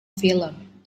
film